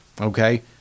Okay